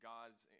God's